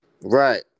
Right